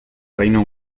reino